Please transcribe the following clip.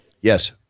yes